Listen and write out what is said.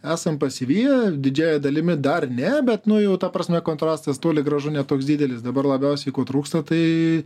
esam pasiviję didžiąja dalimi dar ne bet nu jau ta prasme kontrastas toli gražu ne toks didelis dabar labiausiai ko trūksta tai